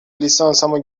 لیسانسمو